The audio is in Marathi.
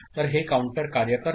तर हे काउंटर कार्य करते